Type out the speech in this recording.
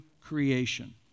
creation